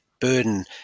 burden